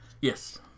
yes